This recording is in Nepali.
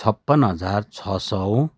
छप्पन हजार छ सय